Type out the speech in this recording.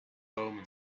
omens